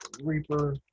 Reaper